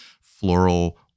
floral